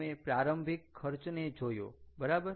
અમે પ્રારંભિક ખર્ચ ને જોયો બરાબર